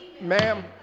ma'am